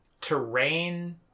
terrain